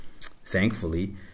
thankfully